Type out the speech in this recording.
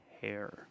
hair